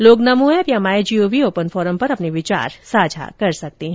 लोग नमो ऐप या my gov open forum पर अपने विचार साझा कर सकते हैं